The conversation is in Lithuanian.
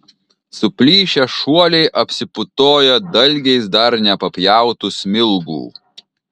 suplyšę šuoliai apsiputoja dalgiais dar nepapjautų smilgų